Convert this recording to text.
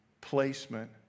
placement